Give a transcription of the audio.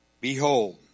Behold